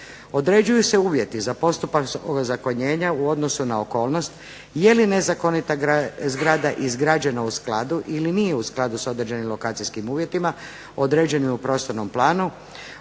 Određuju se uvjeti za postupak ozakonjenja u odnosu na okolnost jeli nezakonita zgrada izgrađena u skladu ili nije u skladu sa odrađenim lokacijskim uvjetima, određenim u prostornom planu